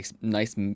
nice